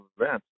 events